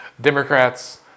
Democrats